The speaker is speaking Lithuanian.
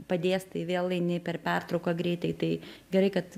padėstai vėl eini per pertrauką greitai tai gerai kad